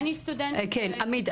אני סטודנטית --- עמית,